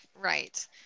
right